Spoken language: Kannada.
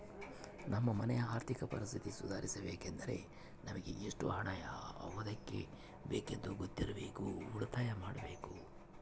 ನಮ್ಮ ಮನೆಯ ಆರ್ಥಿಕ ಪರಿಸ್ಥಿತಿ ಸುಧಾರಿಸಬೇಕೆಂದರೆ ನಮಗೆ ಎಷ್ಟು ಹಣ ಯಾವುದಕ್ಕೆ ಬೇಕೆಂದು ಗೊತ್ತಿರಬೇಕು, ಉಳಿತಾಯ ಮಾಡಬೇಕು